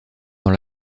dans